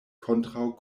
kontraŭ